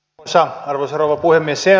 arvoisa rouva puhemies